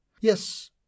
Yes